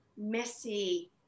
messy